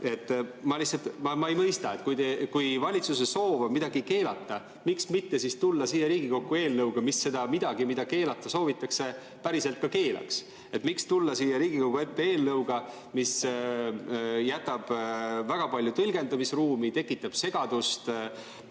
ei mõista, et kui valitsuse soov on midagi keelata, miks mitte siis tulla siia Riigikokku eelnõuga, mis selle millegi, mida keelata soovitakse, päriselt ka keelaks. Miks tulla siia Riigikogu ette eelnõuga, mis jätab väga palju tõlgendamisruumi, tekitab segadust?